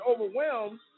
overwhelmed